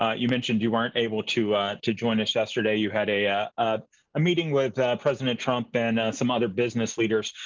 ah you mentioned you weren't able to to join us yesterday. you had a yeah ah meeting with president trump and some other business leaders.